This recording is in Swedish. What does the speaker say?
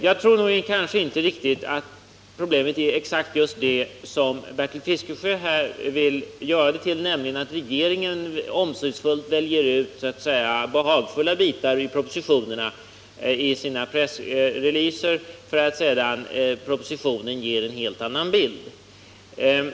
Jag tror inte att problemet är exakt det som Bertil Fiskesjö vill göra det till, nämligen att regeringen omsorgsfullt väljer ut mera behagfulla bitar ur propositionerna i sina pressreleaser och att propositionen sedan ger en helt annan bild.